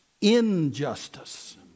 injustice